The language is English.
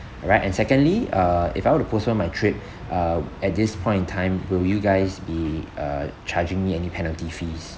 right and secondly uh if I were to postpone my trip uh at this point in time will you guys be uh charging me any penalty fees